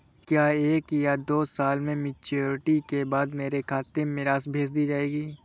क्या एक या दो साल की मैच्योरिटी के बाद मेरे खाते में राशि भेज दी जाएगी?